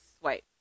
swipe